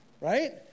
Right